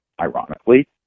ironically